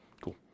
Cool